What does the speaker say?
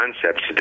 concepts